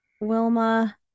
Wilma